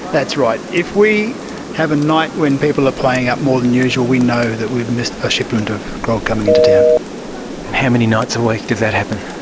that's right, if we have a night when people are playing up more than usual, we know that we've missed a shipment of grog coming into town. and how many nights a week does that happen?